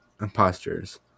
imposters